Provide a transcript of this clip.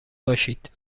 باشید